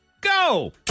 Go